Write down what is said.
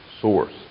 source